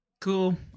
Cool